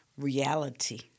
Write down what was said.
Reality